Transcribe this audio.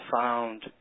found